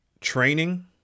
training